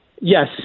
Yes